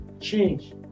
change